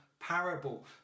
parable